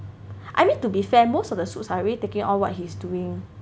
I mean to be fair most of the suits are already taking out what he's doing